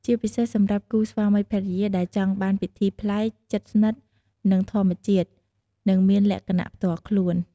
ជាពិសេសសម្រាប់គូស្វាមីភរិយាដែលចង់បានពិធីប្លែក ជិតស្និទ្ធនឹងធម្មជាតិ និងមានលក្ខណៈផ្ទាល់ខ្លួន។